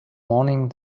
morning